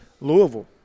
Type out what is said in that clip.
Louisville